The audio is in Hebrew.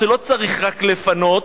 שלא צריך רק לפנות,